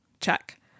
check